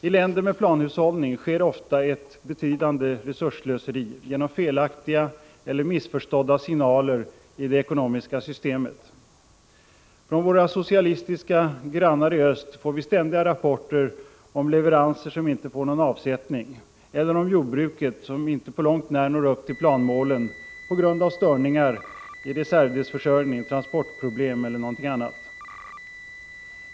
I länder med planhushållning sker ofta ett betydande resursslöseri genom felaktiga eller missförstådda signaler i det ekonomiska systemet. Från våra socialistiska grannar i öst får vi ständiga rapporter om leveranser som inte får någon avsättning, eller om jordbruket, som inte på långt när når upp till planmålet på grund av störningar i reservdelsförsörjning, transportproblem eller något annat.